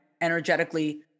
energetically